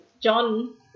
John